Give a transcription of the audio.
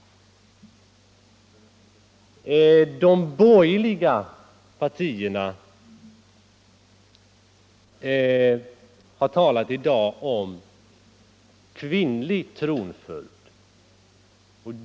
De borgerliga partierna har i dag talat om kvinnlig tronföljd.